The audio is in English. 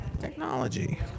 Technology